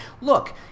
look